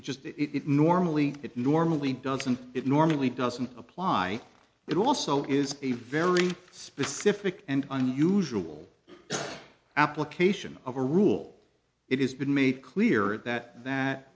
it just it normally it normally doesn't it normally doesn't apply it also is a very specific and unusual application of a rule it has been made clear that that